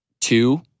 two –